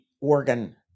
organ